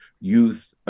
youth